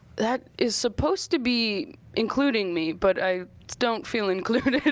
that is supposed to be including me, but i don't feel included.